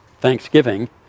Thanksgiving